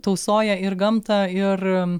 tausoja ir gamtą ir